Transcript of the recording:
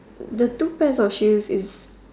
the two pairs of shoes is